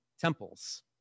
temples